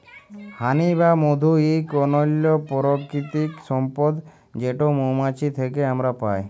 হানি বা মধু ইক অনল্য পারকিতিক সম্পদ যেট মোমাছি থ্যাকে আমরা পায়